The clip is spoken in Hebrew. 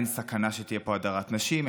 אין סכנה שתהיה פה הדרת נשים,